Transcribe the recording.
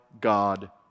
God